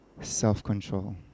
self-control